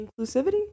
Inclusivity